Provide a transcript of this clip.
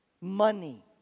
money